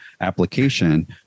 application